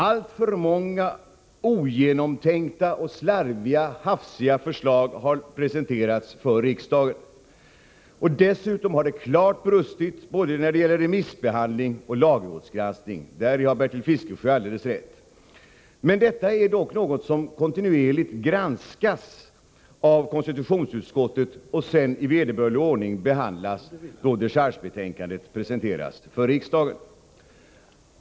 Alltför många ogenomtänkta, slarviga och hafsiga förslag har presenterats för riksdagen. Dessutom har det klart brustit när det gäller både remissbehandling och lagrådsgranskning. Däri har Bertil Fiskesjö alldeles rätt. Men detta är dock något som kontinuerligt granskas av konstitutionsutskottet och sedan i vederbörlig ordning behandlas då dechargebetänkandet presenteras för riksdagen.